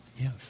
yes